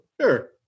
Sure